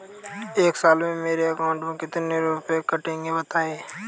एक साल में मेरे अकाउंट से कितने रुपये कटेंगे बताएँ?